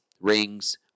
rings